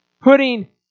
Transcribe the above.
Putting